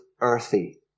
earthy